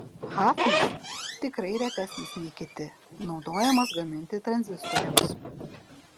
hafnis tikrai retesnis nei kiti naudojamas gaminti tranzistoriams